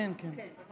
כבוד סגן